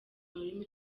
rurimi